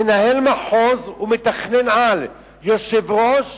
מנהל מחוז הוא מתכנן-על, יושב-ראש